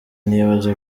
nibaza